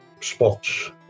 spots